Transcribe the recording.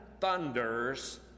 thunders